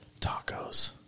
Tacos